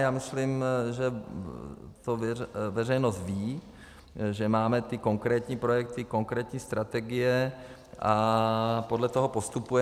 Já myslím, že to veřejnost ví, že máme konkrétní projekty, konkrétní strategie a podle toho postupujeme.